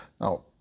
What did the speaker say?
now